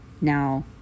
Now